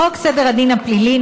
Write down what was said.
חוק סדר הדין הפלילי ,